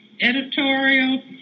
editorial